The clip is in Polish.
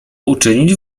uczynić